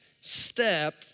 step